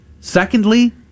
Secondly